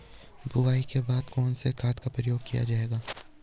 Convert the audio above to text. बुआई के बाद कौन से खाद का प्रयोग किया जायेगा?